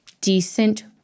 decent